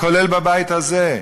כולל בבית הזה.